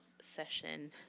session